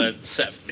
seven